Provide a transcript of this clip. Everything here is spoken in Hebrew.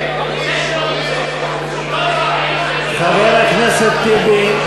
על-פי הגדרה, חבר הכנסת טיבי,